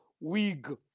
wig